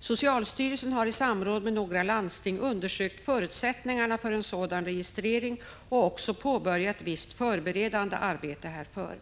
Socialstyrelsen har i samråd med några landsting undersökt förutsättningarna för en sådan registrering och också påbörjat visst förberedande arbete härför.